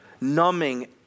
numbing